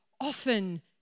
often